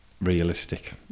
realistic